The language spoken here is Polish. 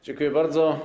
Dziękuję bardzo.